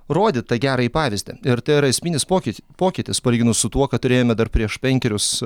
rodyt tą gerąjį pavyzdį ir tai yra esminis pokyti pokytis palyginus su tuo ką turėjome dar prieš penkerius